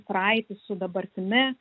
praeitį su dabartimi